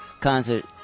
Concert